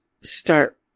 start